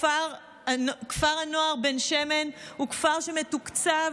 כפר הנוער בן שמן הוא כפר שמתוקצב